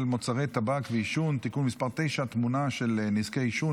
מוצרי טבק ועישון (תיקון מס' 9) (תמונה של נזקי העישון),